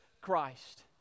Christ